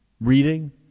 reading